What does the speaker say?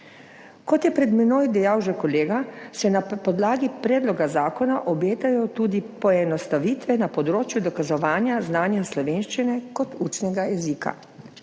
kot je pred menoj dejal že kolega, se na podlagi predloga zakona obetajo tudi poenostavitve na področju dokazovanja znanja slovenščine kot učnega jezika.